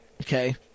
okay